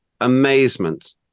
amazement